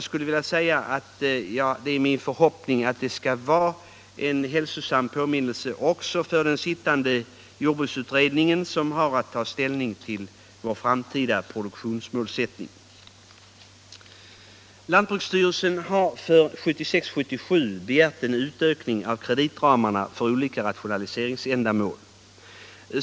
Det är min förhoppning att det skall vara en hälsosam påminnelse också för den sittande jordbruksutredningen, som har att ta ställning till vår framtida produktionsmålsättning. Lantbruksstyrelsen har för 1976/77 begärt en utökning av kreditramarna för olika rationaliseringsändamål.